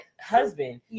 husband